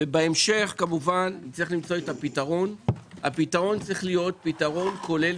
בהמשך נצטרך למצוא את הפתרון שיהיה פתרון כולל